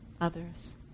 others